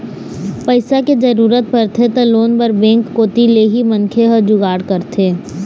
पइसा के जरूरत परथे त लोन बर बेंक कोती ले ही मनखे ह जुगाड़ करथे